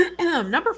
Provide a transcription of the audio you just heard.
number